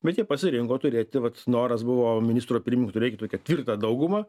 bet jie pasirinko turėti vat noras buvo ministro pirmininko turėti tokią tvirtą daugumą